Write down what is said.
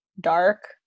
dark